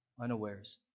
unawares